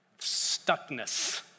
stuckness